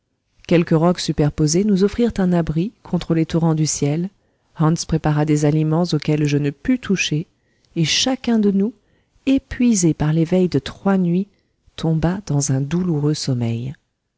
quelques rocs superposés nous offrirent un abri contre les torrents du ciel hans prépara des aliments auxquels je ne pus toucher et chacun de nous épuisé par les veilles de trois nuits tomba dans un douloureux sommeil